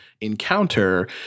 Encounter